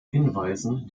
hinweisen